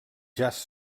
jaç